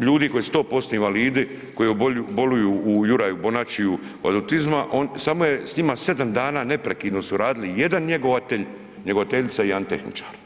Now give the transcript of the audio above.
ljudi koji su to …/nerazumljivo/… invalidi, koji boluju u Juraju Bonačiju od autizma samo je s njima 7 dana neprekidno su radili 1 njegovatelj, njegovateljica i 1 tehničar.